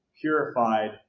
purified